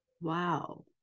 Wow